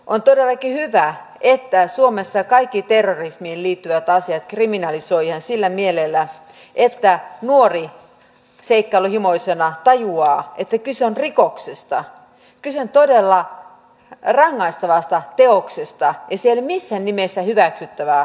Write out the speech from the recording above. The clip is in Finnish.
on todellakin hyvä että suomessa kaikki terrorismiin liittyvät asiat kriminalisoidaan sillä mielellä että nuori seikkailunhimoisena tajuaa että kyse on rikoksesta kyse on todella rangaistavasta teosta ja se ei ole missään nimessä hyväksyttävää toimintaa